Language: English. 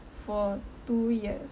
for two years